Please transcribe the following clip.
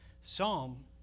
psalm